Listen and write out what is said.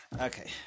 Okay